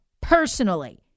personally